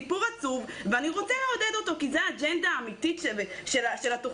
סיפור עצוב ואני רוצה לעודד אותו כי זו האג'נדה האמיתית של התכנית,